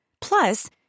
Plus